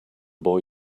boy